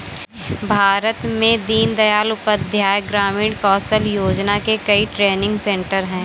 भारत में दीन दयाल उपाध्याय ग्रामीण कौशल योजना के कई ट्रेनिंग सेन्टर है